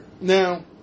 Now